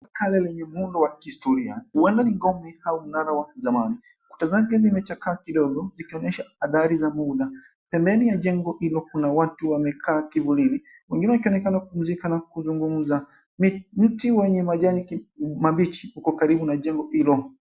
Haya ni miundo wa kihistoria, huenda ni ngome au mnara wa kizamani. Kuta zake zimechakaa kidogo, ikaonyesha athari za muda. Pembeni ya jengo hilo kuna watu wamekaa kivulini, wengine wakionekana kupumzika na kuzungumza. Mti wenye majani mabichi, uko karibu na jengo hilo.